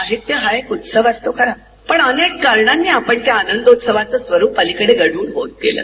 साहित्य हा एक उत्सव असतो खरा पण अनेक कारणांनी आपण त्या आनंदोत्सवाचं स्वरुप अलिकडे गढ्ळ होत गेलं